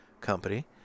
company